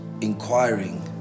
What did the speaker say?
inquiring